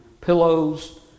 pillows